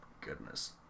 Goodness